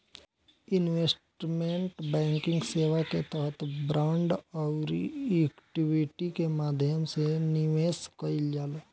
investment banking सेवा के तहत बांड आउरी इक्विटी के माध्यम से निवेश कईल जाला